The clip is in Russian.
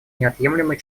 неотъемлемой